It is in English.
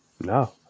No